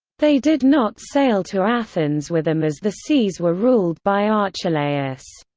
they did not sail to athens with them as the seas were ruled by archelaus.